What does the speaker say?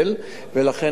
ולכן היה חיפוש,